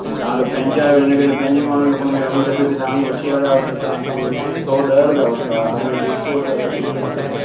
ऐं तव्हां त पंहिंजा आयो हिन करे पंहिंजे माण्हूअ खे फ़ोन कयो आहे अॻिए दफ़े बि तव्हां ई वठी हलिया हुआ त तव्हां थोरो सौ ॾह रुपया वरिता हुया हाणे वरी ॾेढु सौ रुपया था चओ कलाक जा